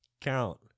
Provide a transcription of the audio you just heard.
Count